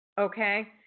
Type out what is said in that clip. okay